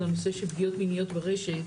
על הנושא של פגיעות מיניות ברשת,